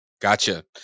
Gotcha